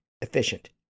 efficient